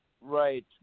right